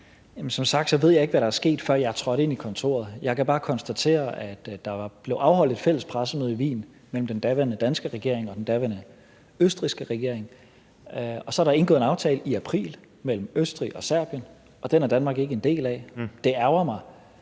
ved jeg ikke, hvad der er sket, før jeg trådte ind i kontoret, men jeg kan bare konstatere, at der blev afholdt et fælles pressemøde i Wien mellem den daværende danske regering og den daværende østrigske regering, og så er der indgået en aftale i april mellem Østrig og Serbien, og den er Danmark ikke en del af, og det ærgrer mig.